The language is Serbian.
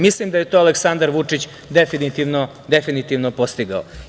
Mislim da je to Aleksandar Vučić definitivno postigao.